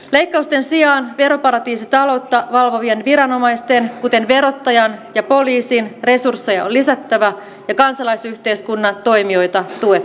leikkausten sijaan veroparatiisitaloutta valvovien viranomaisten kuten verottajan ja poliisin resursseja on lisättävä ja kansalaisyhteiskunnan toimijoita tuettava